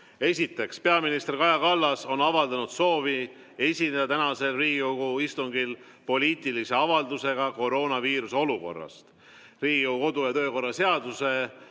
Esiteks, peaminister Kaja Kallas on avaldanud soovi esineda tänasel Riigikogu istungil poliitilise avaldusega koroonaviiruse olukorrast.